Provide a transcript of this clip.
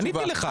עניתי לך.